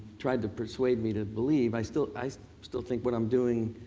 tried to persuade me to believe, i still i still think what i'm doing,